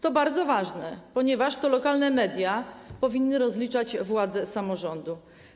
To bardzo ważne, ponieważ to lokalne media powinny rozliczać władze samorządu.